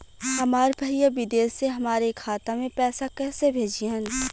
हमार भईया विदेश से हमारे खाता में पैसा कैसे भेजिह्न्न?